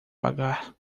pagar